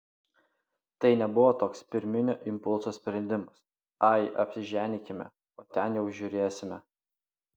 tai nebuvo toks pirminio impulso sprendimas ai apsiženykime o ten jau žiūrėsime